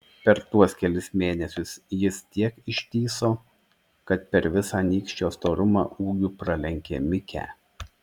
per tuos kelis mėnesius jis tiek ištįso kad per visą nykščio storumą ūgiu pralenkė mikę